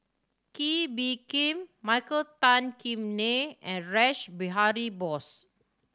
Kee Bee Khim Michael Tan Kim Nei and Rash Behari Bose